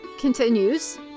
continues